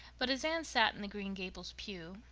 but as anne sat in the green gables pew,